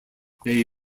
they